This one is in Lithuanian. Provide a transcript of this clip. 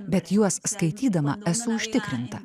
bet juos skaitydama esu užtikrinta